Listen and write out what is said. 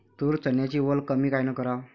तूर, चन्याची वल कमी कायनं कराव?